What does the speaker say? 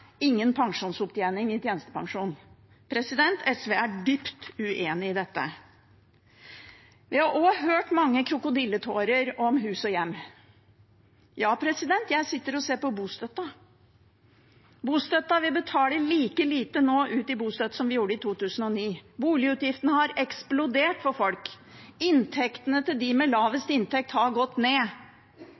ingen opptjening av tjenestepensjon? SV er dypt uenig i dette. Vi har også sett mange krokodilletårer om hus og hjem. Ja, jeg sitter og ser på bostøtta. Vi betaler ut like lite i bostøtte nå som vi gjorde i 2009. Boligutgiftene til folk har eksplodert. Inntektene til dem med lavest inntekt har gått ned.